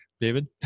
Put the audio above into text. David